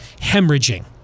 hemorrhaging